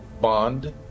bond